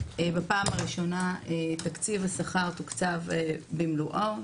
בפעם הראשונה תקציב השכר תוקצב במלואו,